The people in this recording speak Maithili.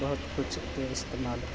बहुत कुछ के ईस्तेमाल